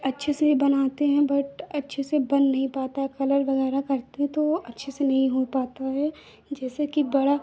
अच्छे से बनाते हैं बट अच्छे से बन नहीं पाता है कलर वगैरह करते हैं तो वह अच्छे से नहीं हो पाता है जैसे कि बड़ा